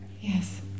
Yes